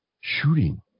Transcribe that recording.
shooting